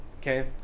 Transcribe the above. Okay